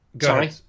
sorry